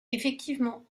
effectivement